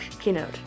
keynote